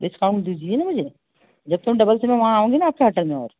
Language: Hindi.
डिस्काउंट दीजिए मुझे जब तुम डबल